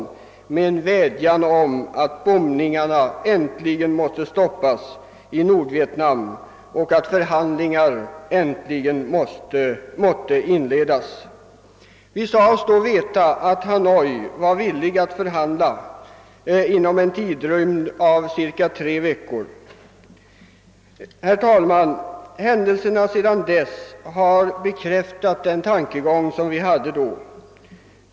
Brevet innehöll en vädjan om att bombningarna i Nordvietnam måtte stoppas och att förhandlingar äntligen måtte inledas. Vi sade oss då veta, att Hanoi var villigt att förhandla inom en tidrymd av cirka tre veckor. Herr talman! Händelserna sedan dess har bekräftat detta vårt antagande.